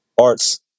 arts